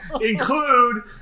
include